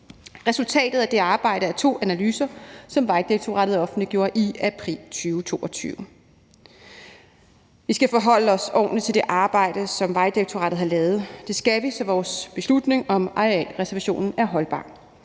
Resultatet af det arbejde er to analyser, som Vejdirektoratet offentliggjorde i april 2022. Vi skal forholde os ordentligt til det arbejde, som Vejdirektoratet har lavet. Det skal vi, så vores beslutning om arealreservationen er holdbar.